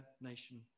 nation